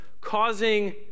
causing